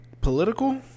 political